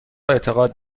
اعتقاد